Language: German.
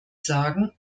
sagen